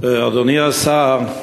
אדוני השר,